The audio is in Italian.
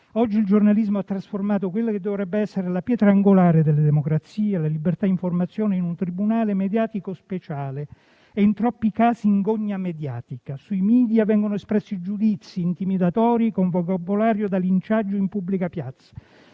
Oggi il giornalismo ha trasformato quella che dovrebbe essere la pietra angolare della democrazia, la libertà d'informazione, in un tribunale mediatico speciale e in troppi casi in gogna mediatica. Sui *media* vengono espressi giudizi intimidatori con vocabolario da linciaggio in pubblica piazza.